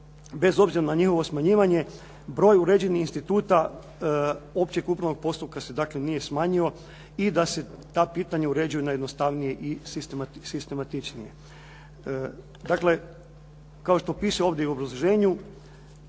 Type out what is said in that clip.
bez obzira na njihovo smanjivanje, broj uređenih instituta općeg upravnog postupka se dakle nije smanjio i da se ta pitanja uređuju jednostavnije i sistematičnije. Dakle, kao što piše i ovdje u obrazloženju